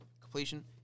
completion